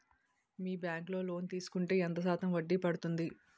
మీ bank లో loan తీసుకుంటే ఎంత శాతం వడ్డీ పడ్తుంది?